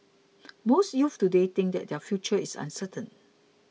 most youths today think that their future is uncertain